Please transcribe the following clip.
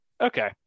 Okay